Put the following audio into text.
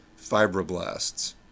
fibroblasts